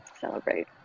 celebrate